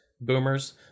boomers